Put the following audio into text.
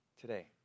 today